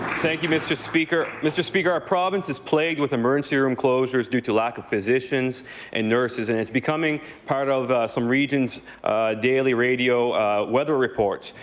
thank you, mr. speaker. mr. speaker, our province is plagued with emergency room disclosures due to lack of physicians and nurses and it's becoming part of some regions' daily radio weather reports.